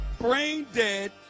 brain-dead